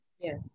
yes